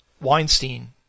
Weinstein